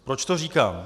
Proč to říkám?